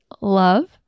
love